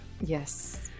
Yes